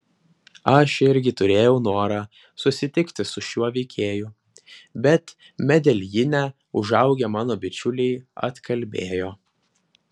aš irgi turėjau norą susitikti su šiuo veikėju bet medeljine užaugę mano bičiuliai atkalbėjo